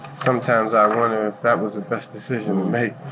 sometimes i wonder if that was the best decision to make